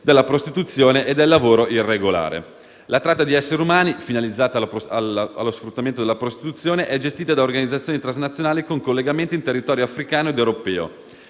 della prostituzione e del lavoro irregolare. La tratta di esseri umani, finalizzata allo sfruttamento della prostituzione, è gestita da organizzazioni transnazionali con collegamenti in territorio africano ed europeo.